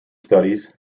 studies